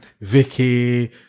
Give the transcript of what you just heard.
Vicky